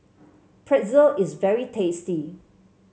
pretzel is very tasty